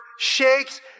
shakes